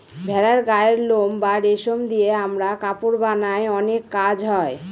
ভেড়ার গায়ের লোম বা রেশম দিয়ে আমরা কাপড় বানায় অনেক কাজ হয়